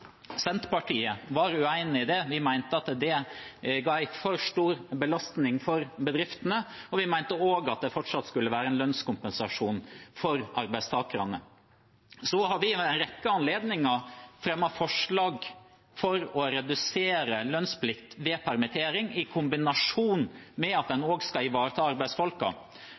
Senterpartiet var uenig i det – vi mente at det ga en for stor belastning for bedriftene, og vi mente også at det fortsatt skulle være en lønnskompensasjon for arbeidstakerne. Så har vi ved en rekke anledninger fremmet forslag for å redusere lønnsplikt ved permittering, i kombinasjon med at en også skal ivareta